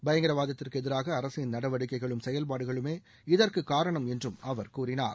பயங்கரவாதத்திற்கு எதிராக அரசின் நடவடிக்கைகளும் செயல்பாடுகளுமே இதற்கு காரணம் என்றும் அவர் கூறினார்